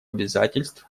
обязательств